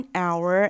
hour